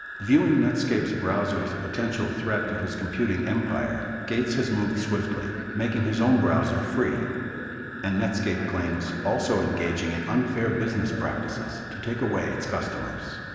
viewing netscape's browser as a potential threat to his computing empire gates has moved swiftly, and making his own browser free ah but and netscape claims, also engaging an unfair business practices to take away its customers.